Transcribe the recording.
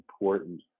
important